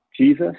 Jesus